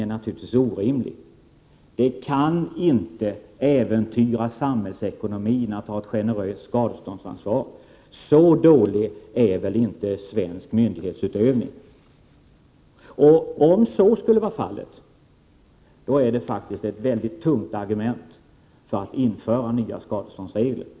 Ett generöst skadeståndsansvar kan inte äventyra samhällsekonomin. Så dålig är väl inte svensk myndighetsutövning. Skulle så vara fallet, är detta faktiskt ett mycket tungt argument för att införa nya skadeståndsregler. Prot.